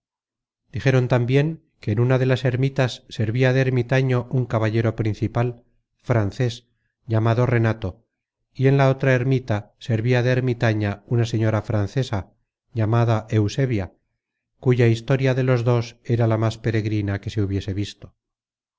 dijeron tambien que en una de las ermitas servia de ermitaño un caballero principal frances llamado renato y en la otra ermita servia de ermitaña una señora francesa llamada eusebia cuya historia de los dos era la más peregrina que se hubiese visto